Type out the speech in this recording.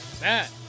Matt